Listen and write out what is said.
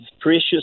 precious